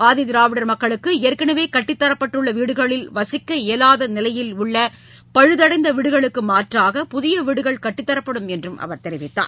ஆதிதிராவிடர் மக்களுக்கு ஏற்களவே கட்டித்தரப்பட்டுள்ள வீடுகளில் வசிக்க இயலாத நிலையில் உள்ள பழுதடைந்த வீடுகளுக்கு மாற்றாக புதிய வீடுகள் கட்டித்தரப்படும் என்றும் அவர் தெரிவித்தார்